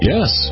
Yes